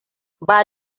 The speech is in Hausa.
ba